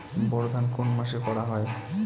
বোরো ধান কোন মাসে করা হয়?